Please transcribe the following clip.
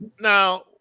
Now